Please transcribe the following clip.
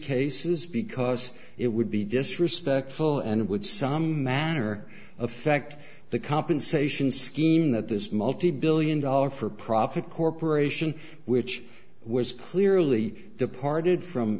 cases because it would be disrespectful and would some matter of fact the compensation scheme that this multibillion dollar for profit corporation which was clearly departed from